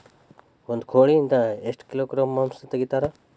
ಒಂದು ಕೋಳಿಯಿಂದ ಎಷ್ಟು ಕಿಲೋಗ್ರಾಂ ಮಾಂಸ ತೆಗಿತಾರ?